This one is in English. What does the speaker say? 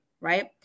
right